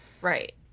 Right